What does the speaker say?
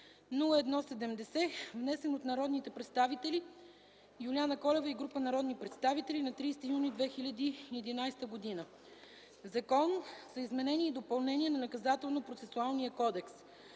внесен от народния представител Юлиана Колева и група народни представители на 30 юни 2011 г. „Закон за изменение и допълнение на Наказателно-процесуалния кодекс”.